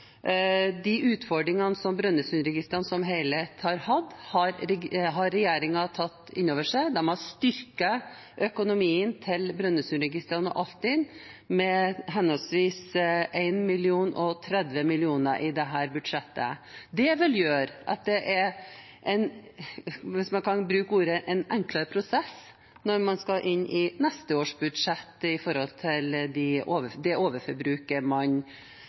De utfordringene Brønnøysundregistrene som helhet har hatt, har regjeringen tatt inn over seg. Man har styrket økonomien til Brønnøysundregistrene og Altinn med henholdsvis 1 mill. kr og 30 mill. kr i dette budsjettet. Det vil gjøre at man – hvis man kan bruke uttrykket – får «en enklere prosess» når man skal inn i neste års budsjettprosess med tanke på det overforbruket man